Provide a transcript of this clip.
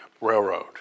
Railroad